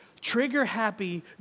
trigger-happy